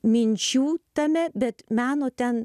minčių tame bet meno ten